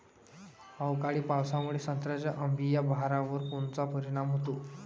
अवकाळी पावसामुळे संत्र्याच्या अंबीया बहारावर कोनचा परिणाम होतो?